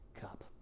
cup